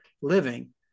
living